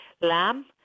Lamb